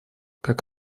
как